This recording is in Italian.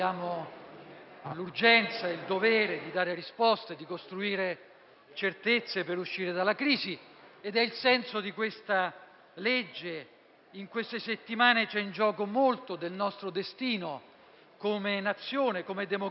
l'urgenza e il dovere di dare risposte e di costruire certezze per uscire dalla crisi: è il senso di questa legge. In queste settimane c'è in gioco molto del nostro destino, come nazione e come democrazia;